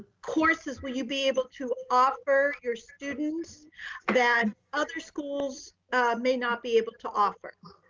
courses will you be able to offer your students that other schools may not be able to offer?